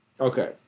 Okay